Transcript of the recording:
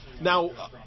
Now